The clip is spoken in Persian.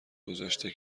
گذاشته